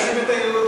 אל תאשים את היהודים,